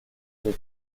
des